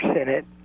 Senate